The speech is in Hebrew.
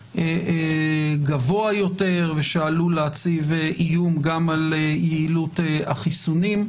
גבוה יותר ושעלול להציב איום גם על יעילות החיסונים.